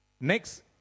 Next